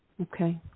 Okay